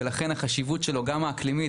ולכן החשיבות שלו גם האקלימית,